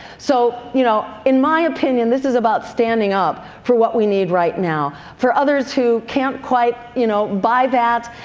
so you know in my opinion this is about standing up for what we need right now, for others who can't quite you know buy that,